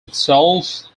itself